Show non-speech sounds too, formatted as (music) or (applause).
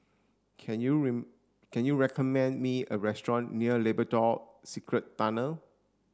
can you (unintelligible) recommend me a restaurant near Labrador Secret Tunnels